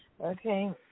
okay